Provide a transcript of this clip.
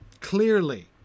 Clearly